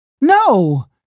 No